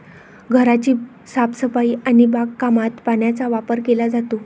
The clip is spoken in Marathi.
घराची साफसफाई आणि बागकामात पाण्याचा वापर केला जातो